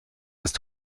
ist